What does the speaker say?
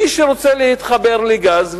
מי שרוצה להתחבר לגז,